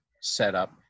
setup